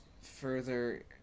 further